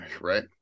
Right